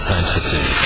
Fantasy